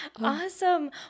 awesome